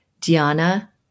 Diana